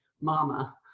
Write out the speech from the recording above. Mama